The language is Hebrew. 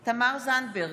בהצבעה תמר זנדברג,